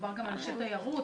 מדובר באנשי תיירות,